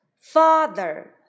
father